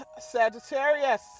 Sagittarius